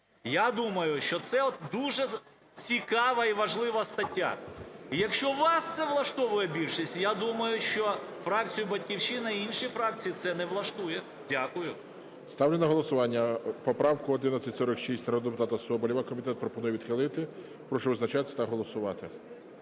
Я думаю, що це дуже цікава і важлива стаття. Якщо вас це влаштовує, більшість, я думаю, що фракцію "Батьківщина" і інші фракції це не влаштує. Дякую. ГОЛОВУЮЧИЙ. Ставлю на голосування поправку 1146 народного депутата Соболєва. Комітет пропонує відхилити. Прошу визначатись та голосувати.